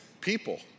people